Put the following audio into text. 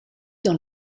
dans